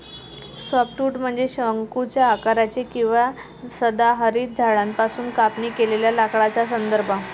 softwood म्हणजे शंकूच्या आकाराचे किंवा सदाहरित झाडांपासून कापणी केलेल्या लाकडाचा संदर्भ